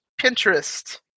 Pinterest